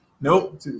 Nope